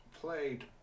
Played